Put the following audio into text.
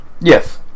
Yes